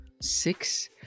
six